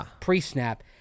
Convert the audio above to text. pre-snap